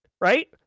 Right